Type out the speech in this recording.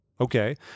okay